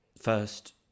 first